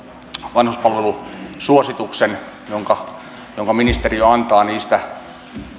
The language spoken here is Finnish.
vanhuspalvelusuosituksen osalta jonka ministeriö antaa niistä